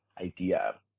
idea